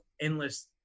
endless